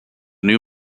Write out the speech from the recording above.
new